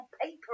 paper